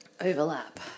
overlap